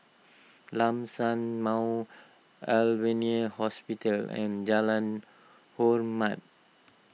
Lam San Mount Alvernia Hospital and Jalan Hormat